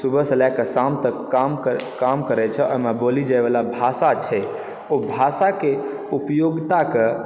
सुबहसँ लऽ कए शाम तक काम करै काम करै छै ओहिमे बोलै जायवला भाषा छै ओहि भाषाके उपयोगिताके